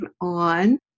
on